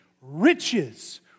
Riches